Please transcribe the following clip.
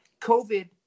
COVID